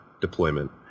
deployment